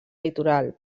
litoral